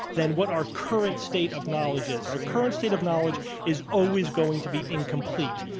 than what our current state of knowledge is. our current state of knowledge is always going to be incomplete.